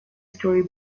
story